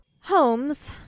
Holmes